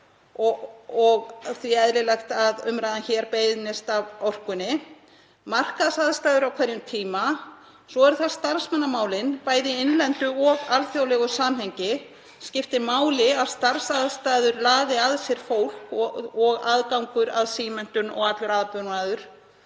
og því er eðlilegt að umræðan hér beinist að orkunni. Markaðsaðstæður á hverjum tíma skipta máli. Svo eru það starfsmannamálin, bæði í innlendu og alþjóðlegu samhengi. Það skiptir máli að starfsaðstæður laði að sér fólk og að aðgangur að símenntun og allur aðbúnaður